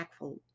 impactful